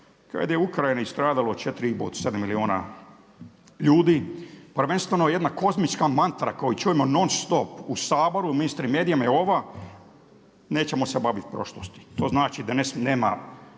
kada je u Ukrajini stradalo od 4 i pol do 7 milijuna ljudi, prvenstveno jedna kozmička mantra koju čujemo nonstop u Saboru, medijima je ova nećemo se baviti prošlosti. To znači da nema